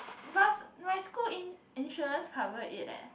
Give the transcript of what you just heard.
plus my school in insurance cover it eh